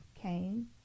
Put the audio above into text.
came